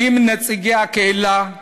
עם נציגי הקהילה,